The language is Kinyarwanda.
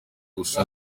gusa